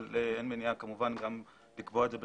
אבל אין מניעה כמובן לקבוע את זה גם